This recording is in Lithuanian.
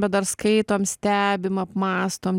bet dar skaitom stebim apmąstom